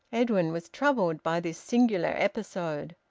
edwin was troubled by this singular episode.